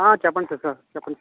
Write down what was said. చెప్పండి సార్ చెప్పండి